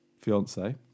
fiance